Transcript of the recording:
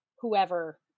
whoever